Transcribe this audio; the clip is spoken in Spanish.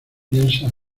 piensa